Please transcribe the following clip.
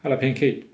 他的 pancake